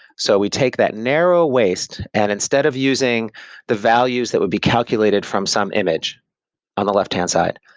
so we take that narrow waist and instead of using the values that would be calculated from some image on the left-hand side,